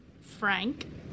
Frank